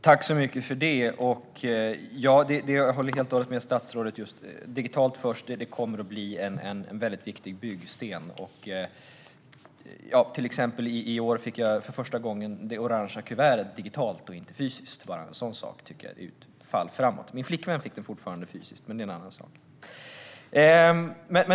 Fru ålderspresident! Jag tackar för detta. Jag håller helt och hållet med statsrådet om att digitalt först kommer att bli en mycket viktig byggsten. I år fick jag till exempel för första gången det orange kuvertet digitalt och inte fysiskt. Bara en sådan sak tycker jag är ett fall framåt. Min flickvän fick det fysiskt, men det är en annan sak.